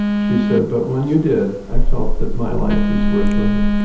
she said, but when you did i felt that my life was worth living.